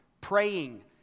praying